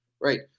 Right